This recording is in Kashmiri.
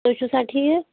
تُہۍ چھِو سا ٹھیٖک